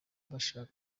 bashaka